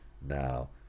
now